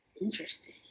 Interesting